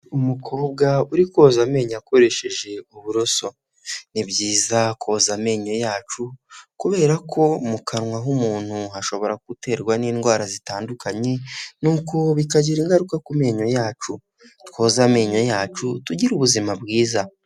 Umukobwa uri koza amenyo akoresheje uburoso ni byiza koza amenyo yacu kubera ko mu kanwa k'umuntu hashobora guterwa n'indwara zitandukanye bikagira ingaruka ku menyo yacu; twoza amenyo yacu tugire ubuzima bwiza.